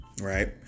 right